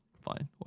fine